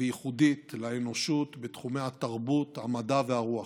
וייחודית לאנושות בתחומי התרבות, המדע והרוח.